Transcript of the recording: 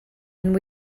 and